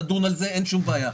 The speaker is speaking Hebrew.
תדון על זה ואין שום בעיה.